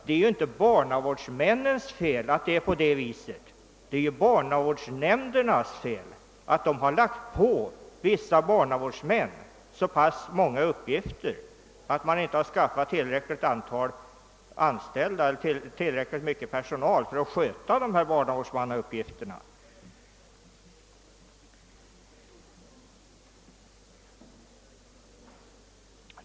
Det är inte barnavårdsmännens fel att det är så utan det är barnavårdsnämndernas fel genom att de har lagt på vissa barnavårdsmän så många uppgifter och inte skaffat tillräckligt mycket personal för att sköta barnavårdsmannauppgifterna.